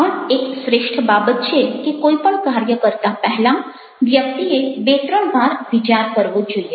આ પણ એક શ્રેષ્ઠ બાબત છે કે કોઈ પણ કાર્ય કરતાં પહેલાં વ્યક્તિએ બે ત્રણ વાર વિચાર કરવો જોઈએ